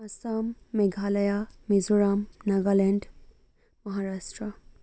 Assam Meghalaya Mizoram Nagaland Maharashtra